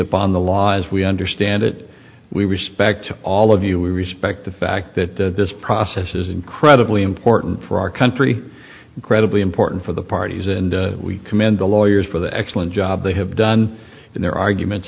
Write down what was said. of on the law as we understand it we respect all of you we respect the fact that this process is incredibly important for our country incredibly important for the parties and we commend the lawyers for the excellent job they have done in their arguments